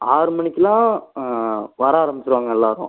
ஆறு மணிக்கெலாம் வர ஆரம்மிச்சிருவாங்க எல்லோரும்